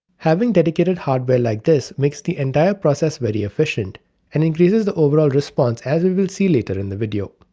having dedicated hardware like this makes the entire process very efficient and increases the overall response as we will see later in the video.